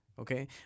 okay